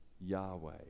Yahweh